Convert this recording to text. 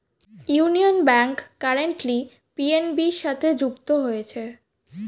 union bank currently PNB সাথে যুক্ত হয়েছে